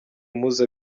mpuza